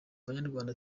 banyarwanda